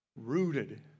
rooted